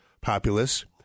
populace